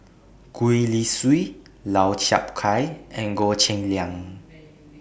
Gwee Li Sui Lau Chiap Khai and Goh Cheng Liang